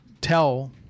tell